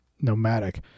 nomadic